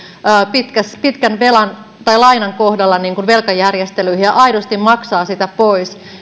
pitkän pitkän velan tai lainan kohdalla velkajärjestelyihin ja aidosti maksaa sitä pois